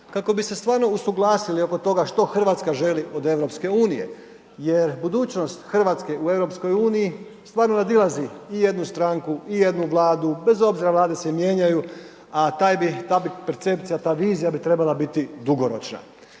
kako bi se stvarno usuglasili oko toga što RH želi od EU jer budućnost RH u EU stvarno nadilazi i jednu stranku i jednu Vladu, bez obzira Vlade se mijenjaju, a taj bi, ta bi percepcija, ta vizija bi trebala biti dugoročna.